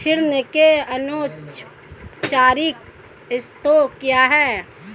ऋण के अनौपचारिक स्रोत क्या हैं?